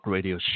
Radio